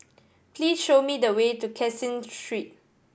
please show me the way to Caseen Street